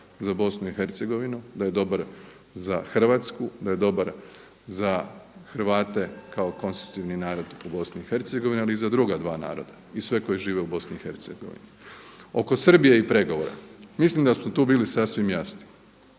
za Bosnu i Hercegovinu, da je dobar za Hrvatsku, da je dobar za Hrvate kao konstitutivni narod u Bosni i Hercegovini ali i za druga dva naroda i sve koji žive u Bosni i Hercegovini. Oko Srbije i pregovora, mislim da smo tu bili sasvim jasni.